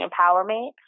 empowerment